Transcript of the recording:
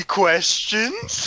questions